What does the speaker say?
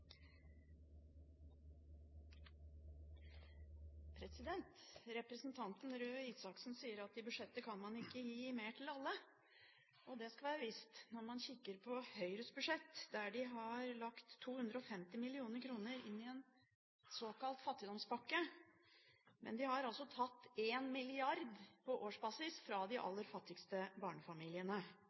Representanten Røe Isaksen sier at i budsjettet kan man ikke gi mer til alle. Det skal være visst. Når man kikker på Høyres budsjett, har de lagt 250 mill. kr inn i en såkalt fattigdomspakke, men de har tatt 1 mrd. kr på årsbasis fra de aller fattigste barnefamiliene.